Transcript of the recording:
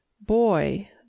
Boy